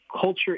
culture